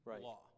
law